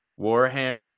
Warhammer